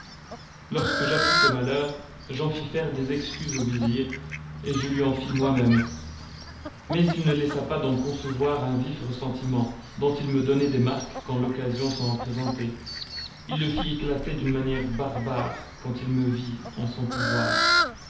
lorsque j'appris ce malheur j'en fis faire des excuses au vizir et je lui en fis moi-même mais il ne laissa pas d'en conserver un vif ressentiment dont il me donnait des marques quand l'occasion s'en présentait il le fit éclater d'une manière barbare quand il me vit en son pouvoir